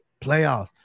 playoffs